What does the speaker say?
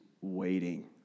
waiting